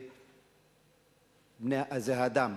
זה האדם,